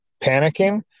panicking